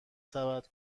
سبد